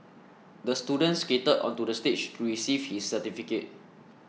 the student skated onto the stage to receive his certificate